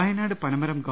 വയനാട് പനമരം ഗവ